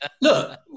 Look